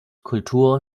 kultur